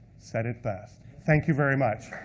said it best. thank you very much.